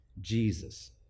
Jesus